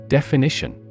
Definition